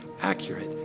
accurate